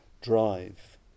drive